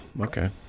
okay